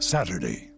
Saturday